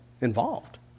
involved